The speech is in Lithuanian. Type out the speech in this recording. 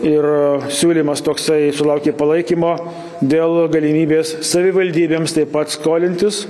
ir siūlymas toksai sulaukė palaikymo dėl galimybės savivaldybėms taip pat skolintis